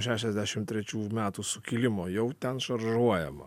šešiasdešim trečių metų sukilimo jau ten šaržuojama